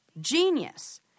Genius